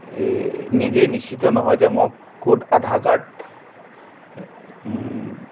নিজেই নিশ্চিত নহয় যে মই ক'ত আধাৰ কাৰ্ড